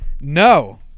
no